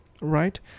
right